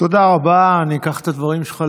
מילא אתם עושים מה